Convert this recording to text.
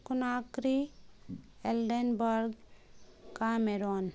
Conakry ایلڈین برگ Cameroon